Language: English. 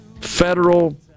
federal